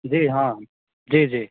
जी हाँ जी जी